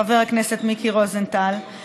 חבר הכנסת מיקי רוזנטל, ביום שני.